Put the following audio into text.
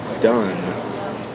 done